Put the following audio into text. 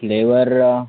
flavour